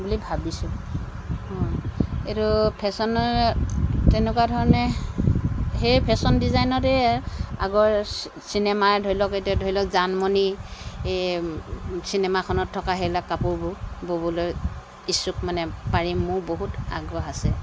বুলি ভাবিছোঁ অঁ এইটো ফেশ্বনে তেনেকুৱা ধৰণে সেই ফেশ্বন ডিজাইনতে এই আগৰ চিনেমা ধৰি লওক এতিয়া ধৰি লওক জানমণি এই চিনেমাখনত থকা সেইবিলাক কাপোৰবোৰ ব'বলৈ ইছুক মানে পাৰিম মোৰ বহুত আগ্ৰহ আছে